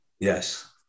Yes